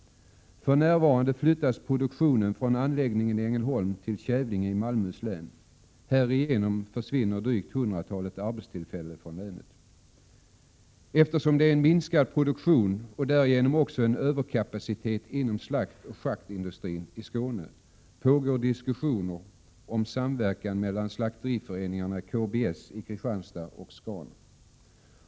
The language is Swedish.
För närvarande flyttas produktionen från anläggningen i Ängelholm till Kävlinge i Malmöhus län. Härigenom försvinner drygt hundratalet arbetstillfällen från länet. Eftersom produktionen minskar och därigenom också överkapaciteten inom slaktoch charkindustrin i Skåne pågår diskussioner om samverkan mellan slakteriföreningarna KBS i Kristianstad och SCAN.